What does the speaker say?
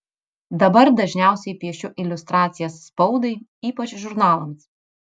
dabar dažniausiai piešiu iliustracijas spaudai ypač žurnalams